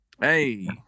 Hey